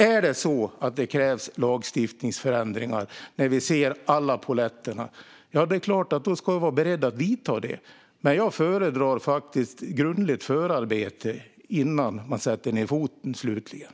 Är det så att det krävs lagstiftningsförändringar när vi ser alla polletterna är det klart att vi ska vara beredda att göra sådana, men jag föredrar faktiskt att det görs ett grundligt förarbete innan man slutligen sätter ned foten.